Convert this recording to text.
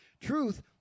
truth